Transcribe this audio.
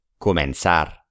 Comenzar